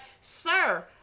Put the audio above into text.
sir